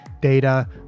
Data